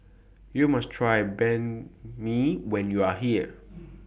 YOU must Try Banh MI when YOU Are here